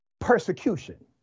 persecution